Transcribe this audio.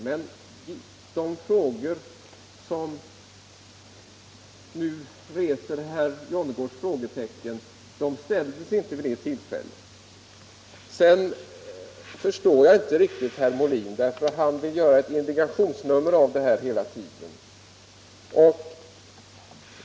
Men de frågor som nu föranleder herr Jonnergårds frågetecken ställdes inte vid det tillfället. Jag förstår inte riktigt herr Molin. Han vill göra ett indignationsnummer av detta hela tiden.